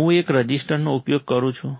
હું એક રજિસ્ટરનો ઉપયોગ કરું છું